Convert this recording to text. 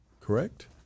correct